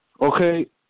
Okay